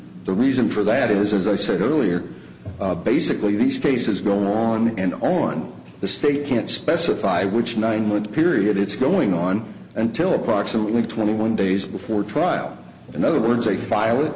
the reason for that is as i said earlier basically these cases go on and on the state can't specify which nine would period it's going on until approximately twenty one days before trial in other words a file